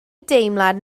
deimlad